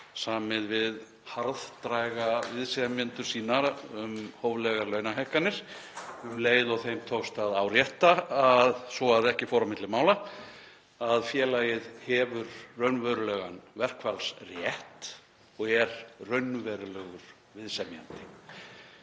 samið við harðdræga viðsemjendur sína um hóflegar launahækkanir um leið og þeim tókst að árétta, svo ekki fór á milli mála, að félagið hefur raunverulegan verkfallsrétt og er raunverulegur viðsemjandi.